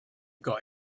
got